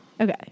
Okay